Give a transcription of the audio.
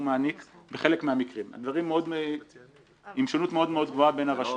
מעניק בחלק מהמקרים הדברים עם שונות מאוד גבוהה בין הרשויות.